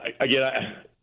again